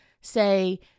say